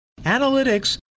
analytics